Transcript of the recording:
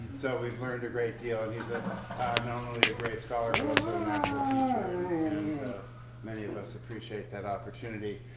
so we've learned a great deal and he's ah not only a great scholar but also a natural teacher and and many of us appreciate that opportunity.